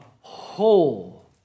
whole